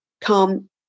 come